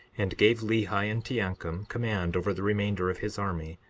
and gave lehi and teancum command over the remainder of his army,